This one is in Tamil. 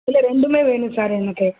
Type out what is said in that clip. இல்லை ரெண்டுமே வேணும் சார் எனக்கு